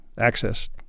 access